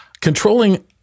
Controlling